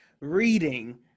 reading